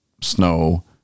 snow